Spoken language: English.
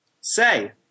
Say